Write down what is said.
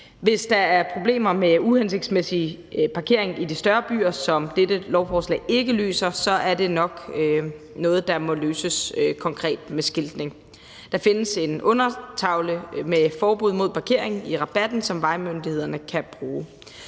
Hvis der er problemer med uhensigtsmæssig parkering i de større byer, som dette lovforslag ikke løser, så er det nok noget, der må løses konkret med skiltning. Der findes en undertavle med forbud mod parkering i rabatten, som vejmyndighederne kan bruge.